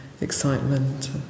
excitement